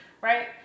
right